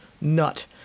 nut